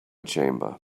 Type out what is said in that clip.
chamber